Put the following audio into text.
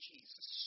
Jesus